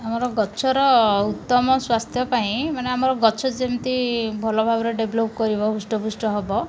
ଆମର ଗଛର ଉତ୍ତମ ସ୍ୱାସ୍ଥ୍ୟ ପାଇଁ ମାନେ ଆମର ଗଛ ଯେମିତି ଭଲ ଭାବରେ ଡେଭ୍ଲପ୍ କରିବ ହୃଷ୍ଟ ପୃଷ୍ଟ ହେବ